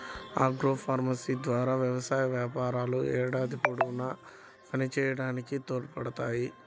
agroforestry ద్వారా వ్యవసాయ వ్యాపారాలు ఏడాది పొడవునా పనిచేయడానికి తోడ్పడతాయి